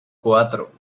cuatro